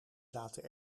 zaten